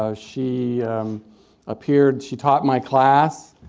ah she appeared she taught my class.